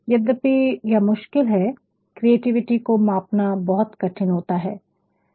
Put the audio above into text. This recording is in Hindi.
यद्यपि यह मुश्किल है क्रिएटिविटी को मापना बहुत कठिन होता है